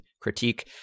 critique